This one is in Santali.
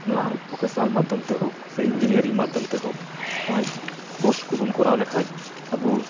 ᱱᱚᱣᱟ ᱵᱷᱚᱠᱮᱥᱤᱱᱟᱞ ᱢᱟᱫᱽᱫᱷᱚᱢᱛᱮ ᱦᱳᱠ ᱥᱮ ᱤᱧᱡᱤᱱᱤᱭᱟᱨᱤᱝ ᱢᱟᱫᱽᱫᱷᱚᱢᱛᱮ ᱦᱳᱠ ᱠᱳᱨᱥ ᱠᱚ ᱵᱚᱱ ᱠᱚᱨᱟᱣ ᱞᱮᱠᱷᱟᱱ ᱟᱵᱚ